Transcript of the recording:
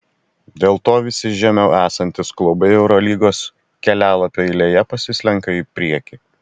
dėl to visi žemiau esantys klubai eurolygos kelialapių eilėje pasislenka į priekį